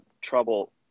trouble